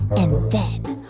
and then,